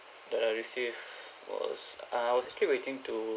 that I receive was err I was actually waiting to